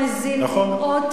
חבר הכנסת אריאל,